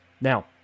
Now